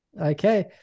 Okay